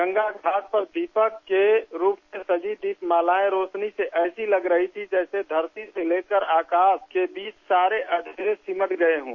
गंगा घाट पर दीपक के रूप मेँ सजी दीप माला की रोशनी ऐसी लग रही थी जैसे घरती से लेकर आकाश के बीच के सारे अंधेरे सिमट गये हों